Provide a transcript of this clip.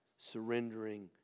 surrendering